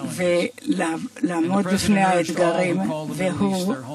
הצאצאים של יצחק וישמעאל מתקרבים לשם תכלית משותפת כפי שלא היה